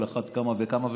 על אחת כמה וכמה,